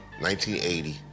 1980